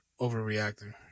overreacting